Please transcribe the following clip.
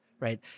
right